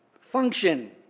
Function